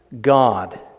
God